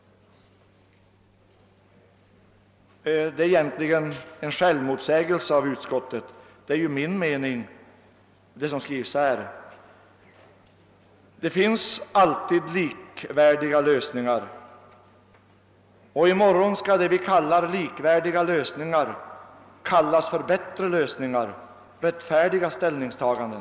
Detta är egentligen en självmotsägelse av utskottet — det är min mening som skrivs. Det finns alltid likvärdiga lösningar. Och i morgon skall det som vi kallar likvärdiga lösningar kallas bättre lösningar, rättfärdiga ställningstaganden.